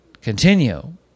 continue